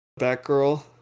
Batgirl